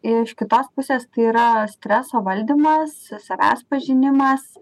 iš kitos pusės tai yra streso valdymas savęs pažinimas